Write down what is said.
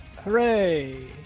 hooray